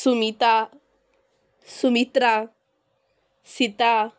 Sumita Sumitra Sita